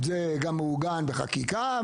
זה גם מעוגן בחקיקה,